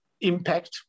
impact